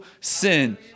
sin